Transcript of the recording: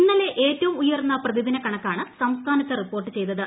ഇന്നലെ ഏറ്റ്യും ഉയർന്ന പ്രതിദിന കണക്കാണ് സംസ്ഥാനത്ത് റിപ്പോർട്ട് ചെയ്തത്